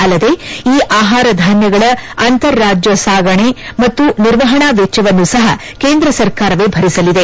ಅಲ್ಲದೆ ಈ ಆಹಾರಧಾನ್ಯಗಳ ಅಂತರರಾಜ್ಯ ಸಾಗಣೆ ಮತ್ತು ನಿರ್ವಹಣಾ ವೆಚ್ಚವನ್ನು ಸಹ ಕೇಂದ್ರ ಸರ್ಕಾರವೇ ಭರಿಸಲಿದೆ